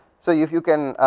so, if you can